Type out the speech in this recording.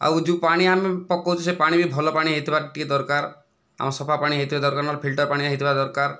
ଆଉ ଯେଉଁ ପାଣି ଆମେ ପକାଉଛେ ସେ ପାଣି ବି ଭଲ ପାଣି ହୋଇଥିବା ଟିକିଏ ଦରକାର ଆମ ସଫା ପାଣି ହୋଇଥିବା ଦରକାର ନହେଲେ ଫିଲ୍ଟର ପାଣି ହୋଇଥିବା ଦରକାର